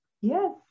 Yes